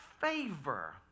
favor